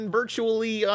virtually